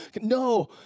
No